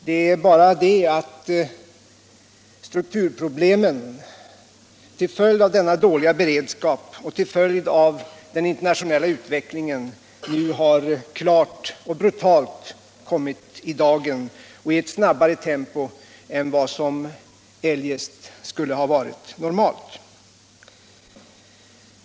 Det är bara det att strukturproblemen till följd av denna dåliga beredskap och den internationella utvecklingen nu har kommit klart och brutalt i dagen, i snabbare tempo än vad som eljest skulle ha varit normalt.